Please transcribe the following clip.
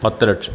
പത്ത് ലക്ഷം